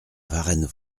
varennes